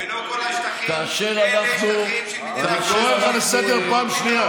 ולא כל השטחים, הם שטחים של מדינה פלסטינית,